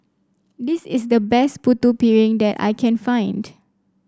this is the best Putu Piring that I can find